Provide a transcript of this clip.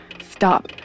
Stop